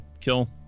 kill